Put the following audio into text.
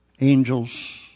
Angels